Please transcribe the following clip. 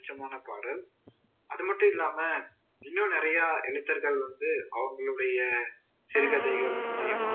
பிடிச்சமான பாடல் அது மட்டும் இல்லாமல் இன்னும் நிறையா எழுத்தர்கள் வந்து அவங்களுடைய சிறுகதைகள் மூலிமாவும்